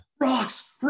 rocks